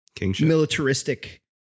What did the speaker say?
militaristic